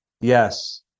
Yes